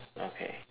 okay